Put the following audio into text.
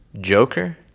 Joker